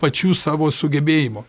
pačių savo sugebėjimų